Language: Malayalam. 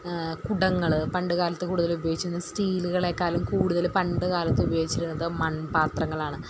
കുടങ്ങൾ പണ്ട് കാലത്ത് കൂടുതൽ ഉപയോഗിച്ചിരുന്ന സ്റ്റീലുകളെക്കാളും കൂടുതൽ പണ്ട് കാലത്ത് ഉപയോഗിച്ചിരുന്നത് മൺപാത്രങ്ങളാണ്